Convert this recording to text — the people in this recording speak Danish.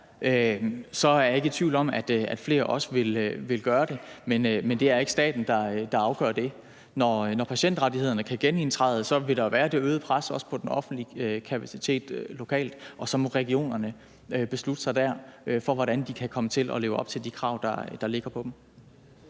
så er jeg ikke i tvivl om, at flere også vil gøre det. Men det er ikke staten, der afgør det. Når patientrettighederne kan genindtræde, vil der jo være det øgede pres også på den offentlige kapacitet lokalt, og så må regionerne hver især beslutte sig for, hvordan de kan leve op til de krav, der ligger til dem.